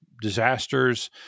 disasters